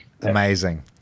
Amazing